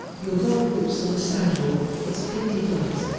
your dog poops on the sidewalk, it's fifty dollars.